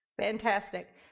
fantastic